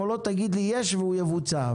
תגיד לי שיש והוא יבוצע,